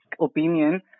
opinion